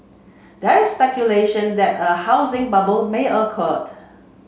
there is speculation that a housing bubble may occur